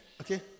Okay